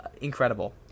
incredible